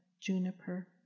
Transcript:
juniper